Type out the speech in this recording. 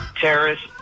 terrorist